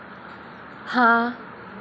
हाँ